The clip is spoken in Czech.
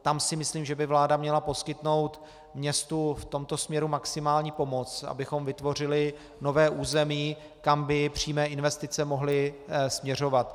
Tam si myslím, že by vláda měla poskytnout městu v tomto směru maximální pomoc, abychom vytvořili nové území, kam by přímé investice mohly směřovat.